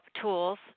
tools